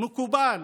מקובל